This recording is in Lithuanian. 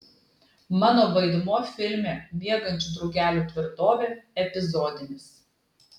mano vaidmuo filme miegančių drugelių tvirtovė epizodinis